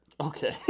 Okay